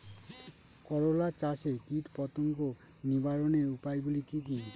করলা চাষে কীটপতঙ্গ নিবারণের উপায়গুলি কি কী?